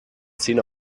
zehn